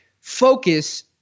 focus